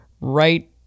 right